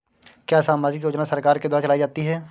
क्या सामाजिक योजना सरकार के द्वारा चलाई जाती है?